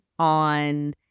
On